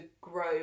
grow